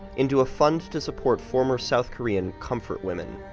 into a fund to support former south korean comfort women.